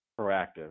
proactive